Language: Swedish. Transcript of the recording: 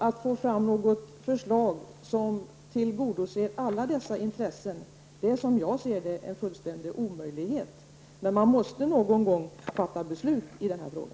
Att få fram ett förslag som tillgodoser alla dessa intressen är, som jag ser det, en omöjlighet. Men man måste någon gång fatta beslut i denna fråga.